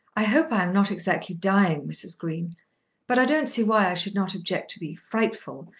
i hope i am not exactly dying, mrs. green but i don't see why i should not object to be frightful,